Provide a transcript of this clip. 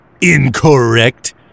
Incorrect